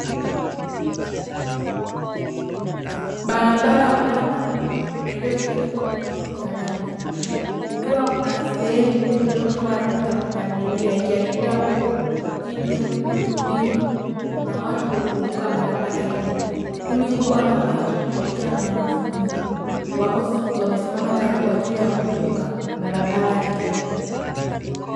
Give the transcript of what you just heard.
barabara pana na iliyo tengenezwa kwa kiwangu cha rami, kukiwa kuna sehemu iliyo chora alama za punda miria ikiashiria kuwa hii ni sehemu inayotumiwa na watu kuvuka barabara hiyo, kundi kubwa la watu pamoja na wanafunzi wapo wamesimama tayari kwaajiri ya kuvuka barabara hiyo.